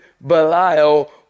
Belial